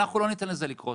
אנחנו לא ניתן לזה לקרות.